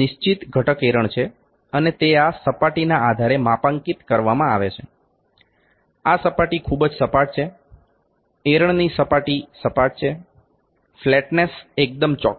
નિશ્ચિત ઘટક એરણ છે અને તે આ સપાટીના આધારે માપાંકિતકેલીબ્રેટ કરવામાં આવે છે આ સપાટી ખૂબ જ સપાટ છે એરણની સપાટી સપાટ છે ફ્લેટનેસ એકદમ ચોક્કસ છે